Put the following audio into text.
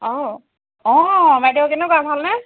অঁ অঁ বাইদেউ কেনেকুৱা ভালনে